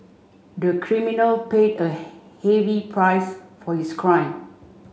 the criminal paid a heavy price for his crime